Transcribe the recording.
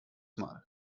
mal